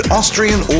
Austrian